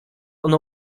ono